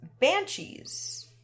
Banshees